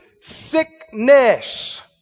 sickness